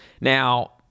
Now